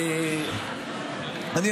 את יודעת מה,